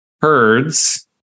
herds